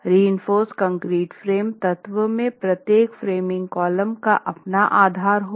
reinforced concrete frame तत्व में प्रत्येक फ्रेमिंग कॉलम का अपना आधार होगा